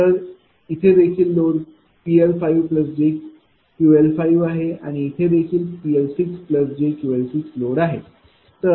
तर येथे देखील लोड PL5jQL5आहे आणि येथे देखील PL6jQL6 लोड आहे